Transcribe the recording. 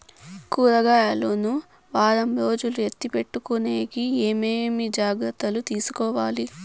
కూరగాయలు ను వారం రోజులు ఎత్తిపెట్టుకునేకి ఏమేమి జాగ్రత్తలు తీసుకొవాలి?